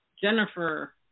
Jennifer